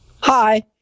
hi